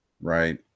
right